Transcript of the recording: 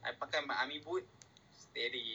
I pakai my army boot steady